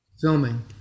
Filming